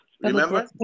remember